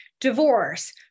divorce